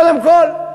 קודם כול,